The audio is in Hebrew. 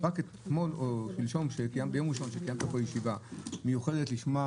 רק ביום ראשון כאשר קיימת פה ישיבה מיוחדת כדי לשמוע